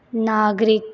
ਨਾਗਰਿਕ